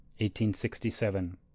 1867